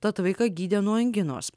tad vaiką gydė nuo anginos